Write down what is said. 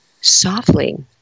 softly